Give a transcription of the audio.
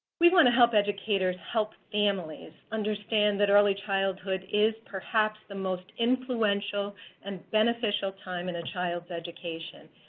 we want to help educators help families understand that early childhood is perhaps the most influential and beneficial time in a child's education.